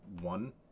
one